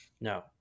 No